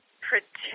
protect